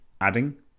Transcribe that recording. adding